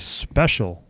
special